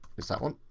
it's that one.